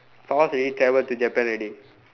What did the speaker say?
Fawaz already travel to Japan already